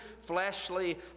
fleshly